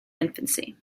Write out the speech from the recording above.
infancy